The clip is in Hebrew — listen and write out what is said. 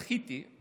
זכיתי,